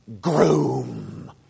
groom